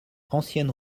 ancienne